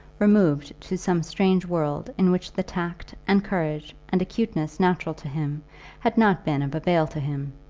removed to some strange world in which the tact, and courage, and acuteness natural to him had not been of avail to him.